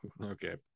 Okay